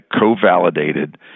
co-validated